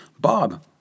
Bob